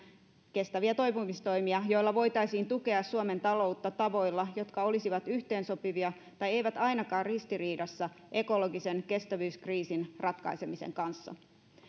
kestäviä toipumistoimia joilla voitaisiin tukea suomen taloutta tavoilla jotka olisivat yhteensopivia tai eivät ainakaan ristiriidassa ekologisen kestävyyskriisin ratkaisemisen kanssa